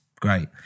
Great